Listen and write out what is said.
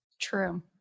True